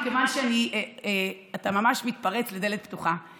אתה ממש מתפרץ לדלת פתוחה,